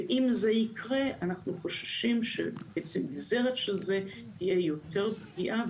אם זה יקרה אנחנו חוששים שכנגזרת של זה תהיה יותר פגיעה,